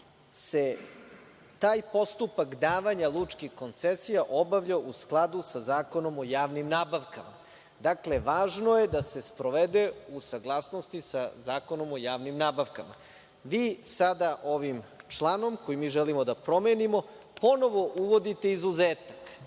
se taj postupak davanja lučkih koncesija obavlja u skladu sa Zakonom o javnim nabavkama. Dakle, važno je da se sprovede u saglasnosti sa Zakonom o javnim nabavkama. Vi sada ovim članom koji mi želimo da promenimo, ponovo uvodite izuzetak